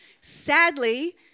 sadly